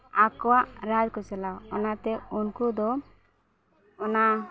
ᱟᱠᱚᱣᱟᱜ ᱨᱟᱡᱽ ᱠᱚ ᱪᱟᱞᱟᱣᱟ ᱚᱱᱟᱛᱮ ᱩᱱᱠᱩ ᱫᱚ ᱚᱱᱟ